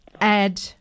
add